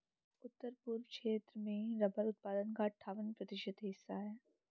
उत्तर पूर्व क्षेत्र में रबर उत्पादन का अठ्ठावन प्रतिशत हिस्सा है